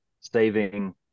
saving